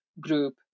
group